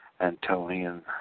Antonian